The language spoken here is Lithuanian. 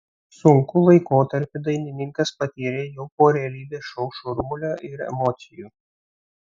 sunkų laikotarpį dainininkas patyrė jau po realybės šou šurmulio ir emocijų